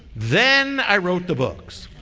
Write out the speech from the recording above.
then i wrote the books.